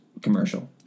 commercial